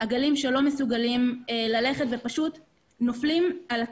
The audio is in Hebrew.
עגלים שלא מסוגלים ללכת ופשוט נופלים על הצד,